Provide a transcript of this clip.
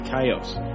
chaos